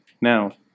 now